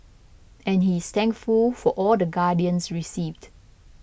and he is thankful for all the guidance received